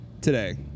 today